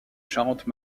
charente